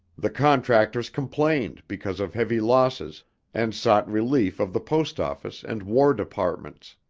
the contractors complained because of heavy losses and sought relief of the post office and war departments.